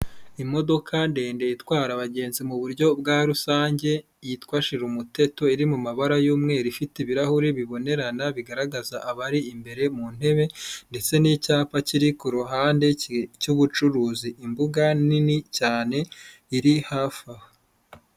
Imodoka ndende itwara abagenzi mu buryo bwa rusange, yitwa shirumuteto, iri mu mabara y'umweru, ifite ibirahure bibonerana, bigaragaza abari imbere mu ntebe ndetse n'icyapa kiri ku ruhande cy'ubucuruzi, imbuga nini cyane iri hafi aho.